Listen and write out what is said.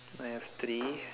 I have three